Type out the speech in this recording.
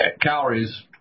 calories